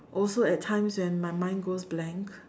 also at times when my mind goes blank